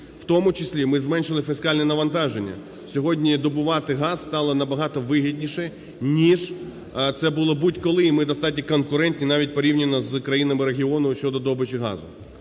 у тому числі ми зменшили фіскальне навантаження. Сьогодні добувати газ стало на багато вигідніше, ніж це було будь-коли, і ми достатньо конкурентні навіть порівняно з країнами регіону щодо добичі газу.